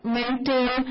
maintain